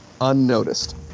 unnoticed